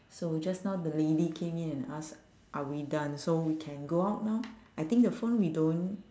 so just now the lady came in and ask are we done so we can go out now I think the phone we don't